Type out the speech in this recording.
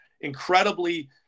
incredibly